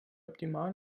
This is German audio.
optimal